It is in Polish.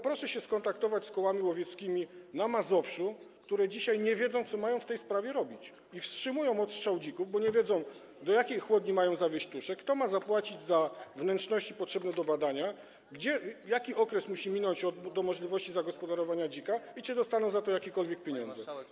Proszę się skontaktować z kołami łowieckimi na Mazowszu, które dzisiaj nie wiedzą, co mają w tej sprawie robić i wstrzymują odstrzał dzików, bo nie wiedzą, do jakiej chłodni mają zawieźć tusze, kto ma zapłacić za wnętrzności potrzebne do badania, jaki okres musi upłynąć do czasu, gdy można zagospodarować dzika i czy dostaną za to jakiekolwiek pieniądze.